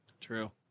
True